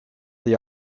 the